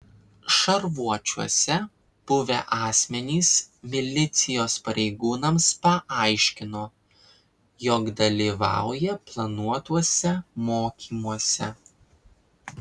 šarvuočiuose buvę asmenys milicijos pareigūnams paaiškino jog dalyvauja planuotuose mokymuose